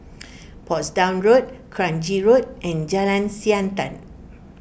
Portsdown Road Kranji Road and Jalan Siantan